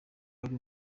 wari